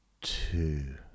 two